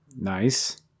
Nice